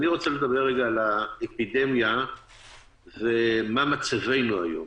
אני רוצה לדבר רגע על האפידמיה ומה מצבנו היום.